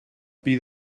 bydd